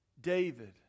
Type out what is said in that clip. David